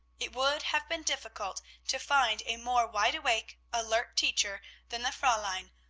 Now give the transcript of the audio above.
it would have been difficult to find a more wide-awake, alert teacher than the fraulein,